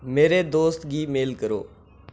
मेरे दोस्त गी मेल करो